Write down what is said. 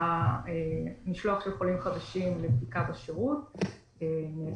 כרגע, המשלוח של חולים חדשים לבדיקה בשירות נעצר.